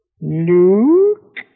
Luke